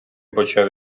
почав